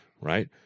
right